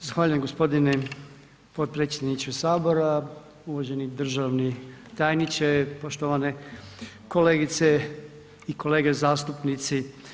Zahvaljujem g. potpredsjedniče Sabora, uvaženi državni tajniče, poštovane kolegice i kolege zastupnici.